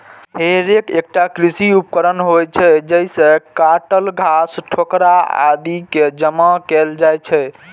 हे रैक एकटा कृषि उपकरण होइ छै, जइसे काटल घास, ठोकरा आदि कें जमा कैल जाइ छै